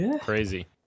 crazy